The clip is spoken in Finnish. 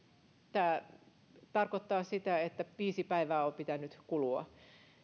tämä tarkoittaa sitä että viisi päivää on pitänyt kulua